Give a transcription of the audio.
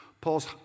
Paul's